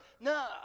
No